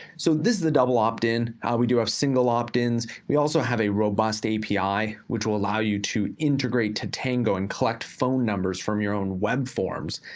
so this is a double opt-in, how we do our single opt-in's. we also have a robust api, which would allow you to integrate tatango and collect phone numbers from your own web forms.